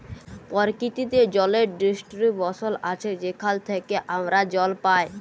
পরকিতিতে জলের ডিস্টিরিবশল আছে যেখাল থ্যাইকে আমরা জল পাই